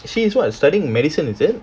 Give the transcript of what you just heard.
she is what studying in medicine is it